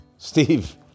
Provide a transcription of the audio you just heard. Steve